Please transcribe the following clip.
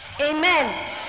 Amen